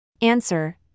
Answer